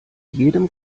jedem